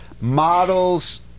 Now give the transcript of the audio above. models